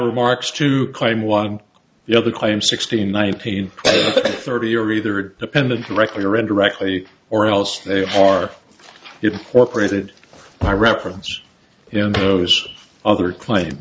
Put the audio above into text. remarks to claim one the other claims sixteen nineteen thirty are either dependent directly or indirectly or else they are if for created by reference and those other claim